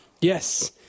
yes